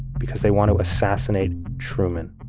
because they want to assassinate truman